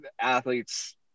athletes